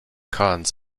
cons